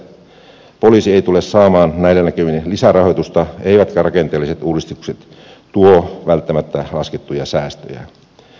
näyttää siltä että poliisi ei tule saamaan näillä näkymin lisärahoitusta eivätkä rakenteelliset uudistukset tuo välttämättä laskettuja säästöjä